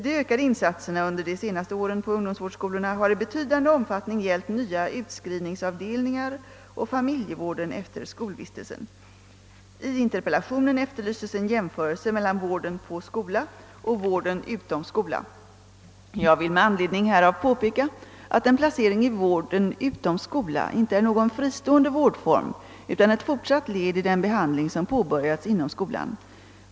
De ökade insatserna under de senaste åren på ungdomsvårdsskolorna har i betydande omfattning gällt nya utskrivningsavdelningar och familjevården efter skolvistelsen. I interpellationen efterlyses en jämförelse mellan vården på skola och vården utom skola. Jag vill med anledning härav påpeka, att en placering i vården utom skola inte är någon fristående vårdform utan ett fortsatt led i den behandling som påbörjats inom skolan.